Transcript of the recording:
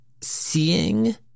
seeing